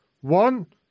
One